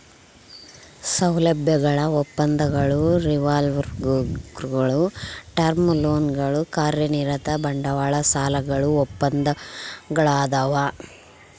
ಸೌಲಭ್ಯಗಳ ಒಪ್ಪಂದಗಳು ರಿವಾಲ್ವರ್ಗುಳು ಟರ್ಮ್ ಲೋನ್ಗಳು ಕಾರ್ಯನಿರತ ಬಂಡವಾಳ ಸಾಲಗಳು ಒಪ್ಪಂದಗಳದಾವ